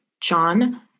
John